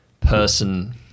person